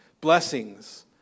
blessings